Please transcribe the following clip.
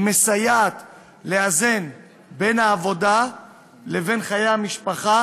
היא מסייעת לאזן בין העבודה לבין חיי המשפחה